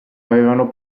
avevano